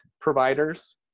providers